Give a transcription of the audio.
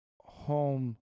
home